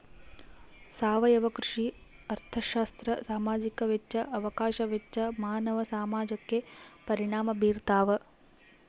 ಸಾವಯವ ಕೃಷಿ ಅರ್ಥಶಾಸ್ತ್ರ ಸಾಮಾಜಿಕ ವೆಚ್ಚ ಅವಕಾಶ ವೆಚ್ಚ ಮಾನವ ಸಮಾಜಕ್ಕೆ ಪರಿಣಾಮ ಬೀರ್ತಾದ